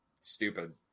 stupid